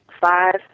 five